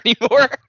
anymore